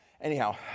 Anyhow